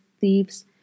thieves